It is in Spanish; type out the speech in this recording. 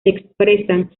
expresan